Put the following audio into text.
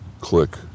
click